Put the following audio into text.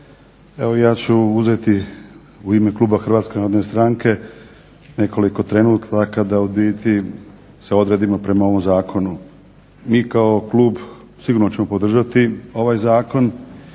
Evo ja ću uzeti u ime kluba HNS-a nekoliko trenutaka da u biti se odredimo prema ovom zakonu. Mi kao klub sigurno ćemo podržati ovaj zakon